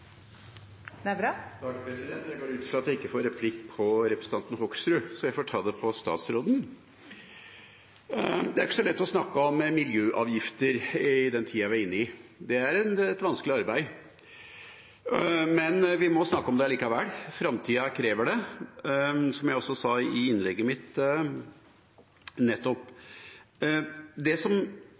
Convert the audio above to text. at jeg ikke får replikk på representanten Hoksrud, så jeg får ta det på statsråden. Det er ikke så lett å snakke om miljøavgifter i den tida vi er inne i. Det er et vanskelig arbeid, men vi må snakke om det likevel – framtida krever det, som jeg også sa i innlegget mitt nettopp. Det